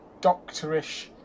doctorish